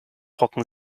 trocken